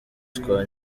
twa